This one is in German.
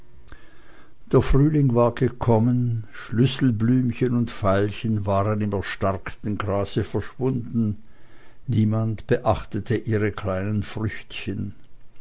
der frühling war gekommen schlüsselblümchen und veilchen waren im erstarkten grase verschwunden niemand beachtete ihre kleinen früchtchen